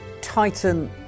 Titan